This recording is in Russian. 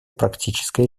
практической